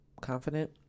Confident